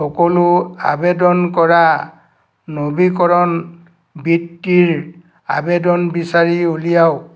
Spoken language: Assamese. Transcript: বাবে সকলো আবেদন কৰা নবীকৰণ বৃত্তিৰ আবেদন বিচাৰি উলিয়াওক